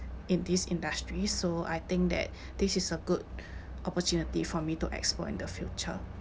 in this industry so I think that this is a good opportunity for me to explore in the future